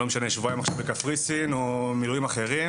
וזה לא משנה אם זה שבועיים בקפריסין או מילואים אחרים,